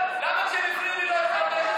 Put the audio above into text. למה כשהפריעו לי לא איפסת את השעון?